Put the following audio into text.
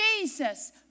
Jesus